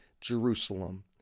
Jerusalem